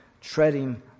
treading